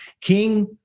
King